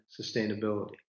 sustainability